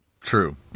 True